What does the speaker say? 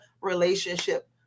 relationship